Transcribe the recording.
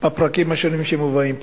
בפרקים השונים שמובאים פה.